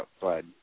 blood